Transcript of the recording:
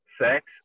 sex